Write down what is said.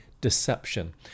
deception